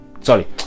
Sorry